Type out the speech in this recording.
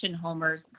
homers